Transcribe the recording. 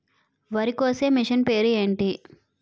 వరి కోసే మిషన్ పేరు ఏంటి